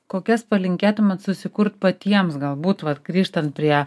kokias palinkėtumėt susikurt patiems galbūt vat grįžtant prie